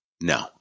No